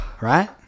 right